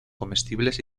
comestibles